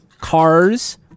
cars